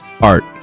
Art